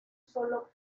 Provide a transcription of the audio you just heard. solo